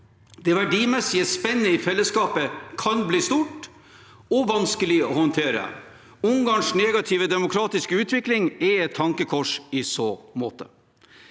Det verdimessige spennet i fellesskapet kan bli stort og vanskelig å håndtere. Ungarns negative demokratiske utvikling er et tankekors i så måte.